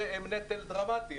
הם נטל דרמטי,